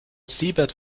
siebert